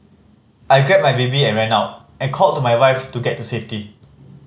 I grabbed my baby and ran out and called to my wife to get to safety